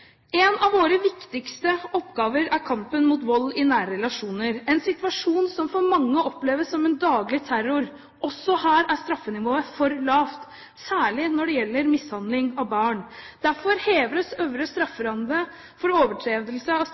En av våre viktigste oppgaver er kampen mot vold i nære relasjoner – en situasjon som for mange oppleves som en daglig terror. Også her er straffenivået for lavt, særlig når det gjelder mishandling av barn. Derfor heves den øvre strafferamme for overtredelse av